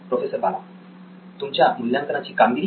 professor बाला तुमच्या मूल्यांकनाची कामगिरी